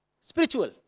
spiritual